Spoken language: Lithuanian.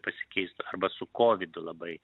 pasikeistų arba su kovidu labai